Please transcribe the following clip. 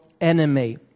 enemy